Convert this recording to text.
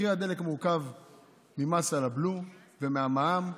מחיר הדלק מורכב מהבלו ומהמע"מ,